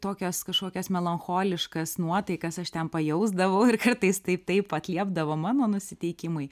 tokias kažkokias melancholiškas nuotaikas aš ten pajausdavau ir kartais tai taip atliepdavo mano nusiteikimui